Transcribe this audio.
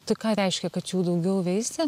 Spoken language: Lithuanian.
tai ką reiškia kad jų daugiau veisia